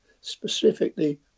specifically